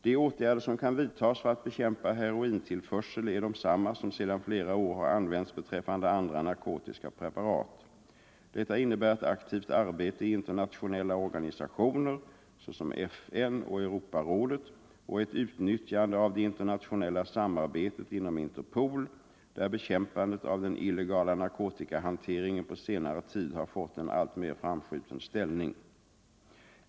De åtgärder som kan vidtas för att bekämpa herointillförseln är desamma som sedan fler år har använts beträffande andra narkotiska preparat. Detta innebär ett aktivt arbete i internationella organisationer, såsom FN och Europarådet, och ett utnyttjande av det internationella sam arbetet inom Interpol, där bekämpandet av den illegala narkotikahanteringen på senare tid har fått en alltmer framskjuten ställning.